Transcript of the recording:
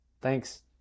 Thanks